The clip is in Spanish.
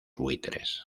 buitres